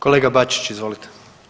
Kolega Bačić, izvolite.